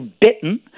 bitten